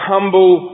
humble